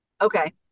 Okay